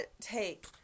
take